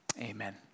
amen